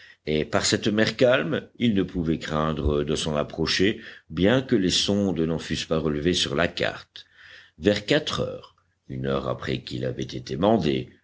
et par cette mer calme il ne pouvait craindre de s'en approcher bien que les sondes n'en fussent pas relevées sur la carte vers quatre heures une heure après qu'il avait été mandé